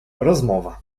rozmowa